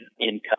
income